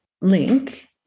link